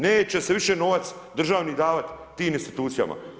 Neće se više novac državni davati tim institucijama.